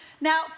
Now